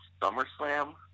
SummerSlam